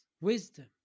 wisdom